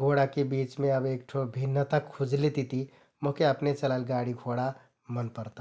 घोडा बिचमे अब एक ठो भिन्‍नता खुज्लेतिति मोहके अपने चलाइल गाडि घोडा मन परता ।